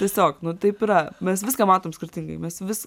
tiesiog nu taip yra mes viską matom skirtingai mes vis